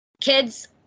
Kids